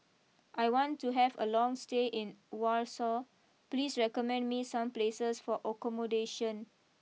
I want to have a long stay in Warsaw please recommend me some places for accommodation